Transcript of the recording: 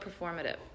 performative